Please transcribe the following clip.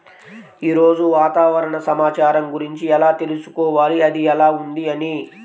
ఈరోజు వాతావరణ సమాచారం గురించి ఎలా తెలుసుకోవాలి అది ఎలా ఉంది అని?